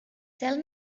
tell